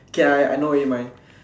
okay I I know already mine